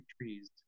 trees